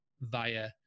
via